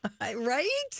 Right